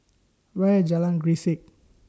Where IS Jalan Grisek